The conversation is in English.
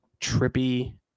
trippy